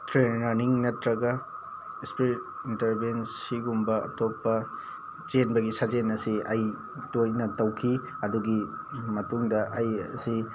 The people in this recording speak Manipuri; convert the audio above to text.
ꯇ꯭ꯔꯦ ꯔꯅꯤꯡ ꯅꯠꯇ꯭ꯔꯒ ꯏꯁꯄꯤꯔꯤꯠ ꯏꯟꯇꯔꯕꯦꯟꯁꯤꯒꯨꯝꯕ ꯑꯇꯣꯞꯄ ꯆꯦꯟꯕꯒꯤ ꯁꯥꯖꯦꯜ ꯑꯁꯤ ꯑꯩ ꯇꯣꯏꯅ ꯇꯧꯈꯤ ꯑꯗꯨꯒꯤ ꯃꯇꯨꯡꯗ ꯑꯩ ꯑꯁꯤ